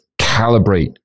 calibrate